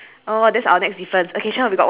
holding the wood only but not touching the saw